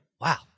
Wow